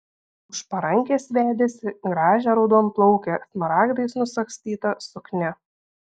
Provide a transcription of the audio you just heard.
už parankės vedėsi gražią raudonplaukę smaragdais nusagstyta suknia